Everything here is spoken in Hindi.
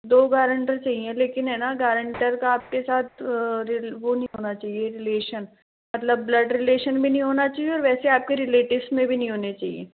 दो गारेंटर चाहिए लेकिन है न गारेंटर का आपके साथ वो नहीं होना चाहिए रीलैशन मतलब ब्लड रीलैशन में नहीं होना चाहिए और वैसे आपके रिलेटिव्स भी नहीं होने चाहिए